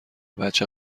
بچه